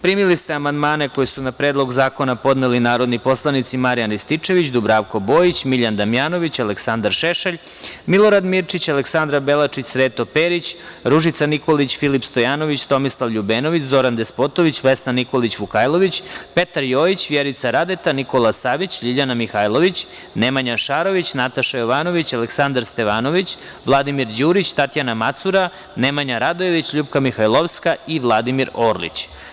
Primili ste amandmane koje su na Predlog zakona podneli narodni poslanici: Marijan Rističević, Dubravko Bojić, Miljan Damjanović, Aleksandar Šešelj, Milorad Mirčić, Aleksandra Belačić, Sreto Perić, Ružica Nikolić, Filip Stojanović, Tomislav Ljubenović, Zoran Despotović, Vesna Nikolić Vukajlović, Petar Jojić, Vjerica Radeta, Nikola Savić, Ljiljana Mihajlović, Nemanja Šarović, Nataša Jovanović, Aleksandar Stevanović, Vladimir Đurić, Tatjana Macura, Nemanja Radojević, Ljupka Mihajlovska i Vladimir Orlić.